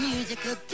Musical